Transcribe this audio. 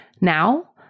now